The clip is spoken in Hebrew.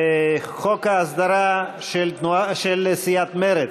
חוק ההסדרה, של סיעת מרצ,